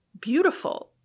beautiful